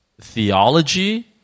theology